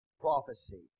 prophecy